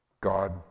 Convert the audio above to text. God